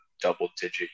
double-digit